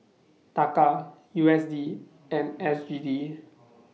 Taka U S D and S G D